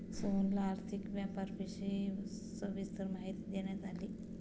सोहनला आर्थिक व्यापाराविषयी सविस्तर माहिती देण्यात आली